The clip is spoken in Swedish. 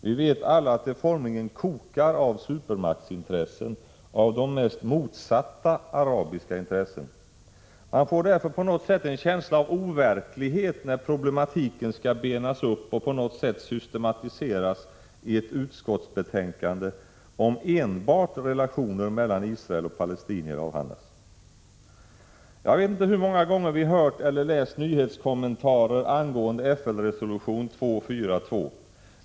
Vi vet alla att det formligen kokar av supermaktsintressen och av de mest motsatta arabiska intressen. Man får därför på något sätt en känsla av overklighet, när problematiken skall benas upp och på något sätt systematiseras i ett utskottsbetänkande, om enbart relationer mellan Israel och palestinier avhandlas. Jag vet inte hur många gånger vi hört eller läst nyhetskommentarer angående FN-resolution 242.